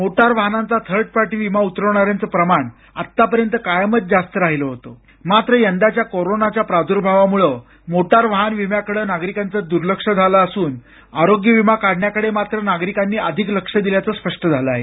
motor वाहनांचा third party विमा उतरवणाऱ्यांचं प्रमाण आत्तापर्यंत कायमच जास्त राहील होतं मात्र यंदाच्या कोरोनाच्या प्राद्भावामुळं मोटार वाहन विम्याकडे नागरिकांचं द्र्लक्ष झालं असून आरोग्य विमा काढण्याकडे नागरिकांनी अधिक लक्ष दिल्याचं स्पष्ट झालं आहे